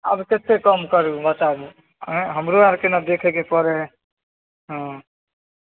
आब कतेक कम करू बताबू अँए हमरो आओरके ने देखैके पड़ै हइ हँ